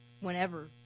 whenever